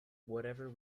whatever